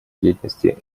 деятельности